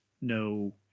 no